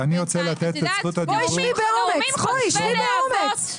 בואי שבי באומץ.